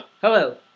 Hello